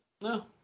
No